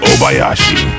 Obayashi